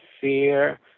fear